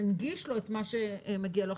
ננגיש לו את מה שמגיע לו.